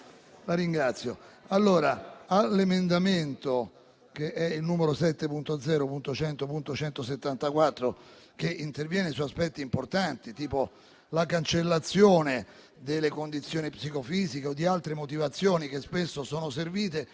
all'emendamento 7.301, che interviene su aspetti importanti, come la cancellazione delle condizioni psicofisiche o di altre motivazioni, che spesso sono servite